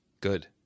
Good